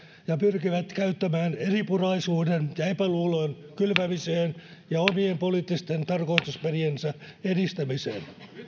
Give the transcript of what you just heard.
ja pyrkivät käyttämään eripuraisuuden ja epäluulon kylvämiseen ja omien poliittisten tarkoitusperiensä edistämiseen